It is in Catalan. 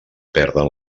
perden